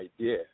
idea